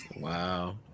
Wow